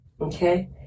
Okay